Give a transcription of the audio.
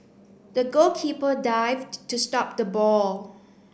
the goalkeeper dived to stop the ball